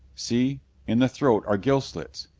see in the throat are gill slits.